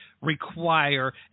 require